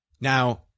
Now